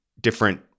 different